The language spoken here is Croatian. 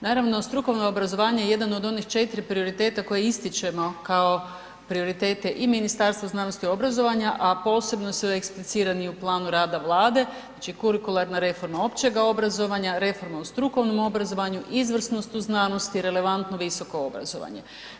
Naravno, strukovno obrazovanje je jedan od onih 4 prioriteta koji ističemo kao prioritete i Ministarstva znanosti i obrazovanja, a posebno su eksplicirani u planu rada Vlade, znači kurikularna reforma općega obrazovanja, reforma u strukovnom obrazovanju, izvrsnost u znanosti, relevantno visoko obrazovanje.